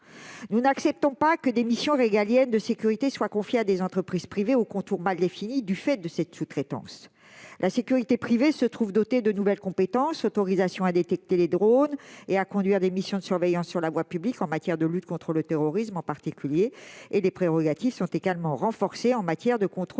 Nous n'acceptons pas que des missions régaliennes de sécurité soient confiées à des entreprises privées, aux contours mal définis, du fait de cette sous-traitance. Avec ce texte, le secteur de la sécurité privée se trouve doté de nouvelles compétences : autorisation à détecter les drones et à conduire des missions de surveillance sur la voie publique en matière de lutte contre le terrorisme, en particulier. Il voit aussi ses prérogatives renforcées en matière de contrôles